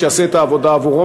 שיעשה את העבודה עבורו.